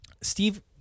Steve